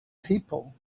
people